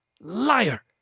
Liar